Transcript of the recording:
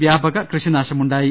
വ്യാപക കൃഷിനാശമുണ്ടായി